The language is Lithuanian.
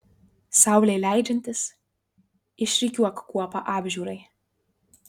saulei leidžiantis išrikiuok kuopą apžiūrai